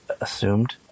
assumed